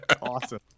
awesome